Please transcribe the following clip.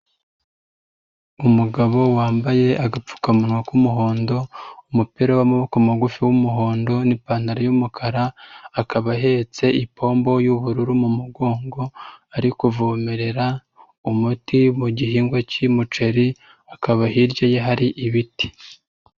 Umugabo wambaye agapfukamunwa k'umuhondo, umupira wamaboko magufi w'umuhondo n'ipantaro y'umukara akaba ahetse ipompo y'ubururu mu mugongo, ari kuvomerera umuti mu gihingwa cy'umuceri, akaba hirya ye hari ibiti.